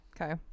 Okay